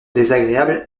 désagréable